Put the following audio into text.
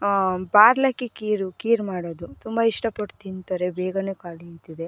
ಬಾರ್ಲಕ್ಕಿ ಖೀರು ಖೀರು ಮಾಡೋದು ತುಂಬ ಇಷ್ಟಪಟ್ಟು ತಿಂತಾರೆ ಬೇಗ ಖಾಲಿ